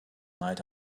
night